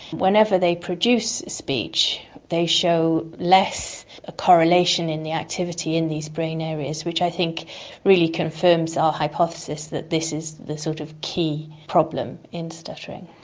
whenever they produce speech they show less ah correlation in the activity in these brain areas, which i think really confirms our hypothesis that this is the sort of key problem in stuttering.